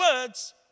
words